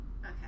Okay